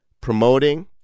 promoting